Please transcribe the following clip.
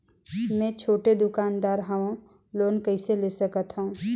मे छोटे दुकानदार हवं लोन कइसे ले सकथव?